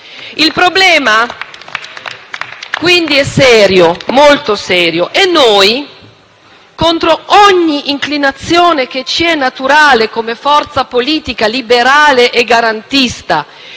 Il problema, quindi, è serio, molto serio, e noi, contro ogni inclinazione che ci è naturale come forza politica liberale e garantista,